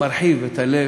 מרחיב את הלב,